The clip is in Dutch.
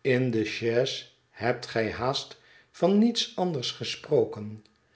in de chais hebt gij haast van niets anders gesproken